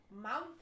mouth